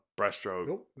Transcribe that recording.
breaststroke